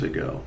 Ago